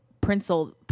principle